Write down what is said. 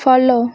follow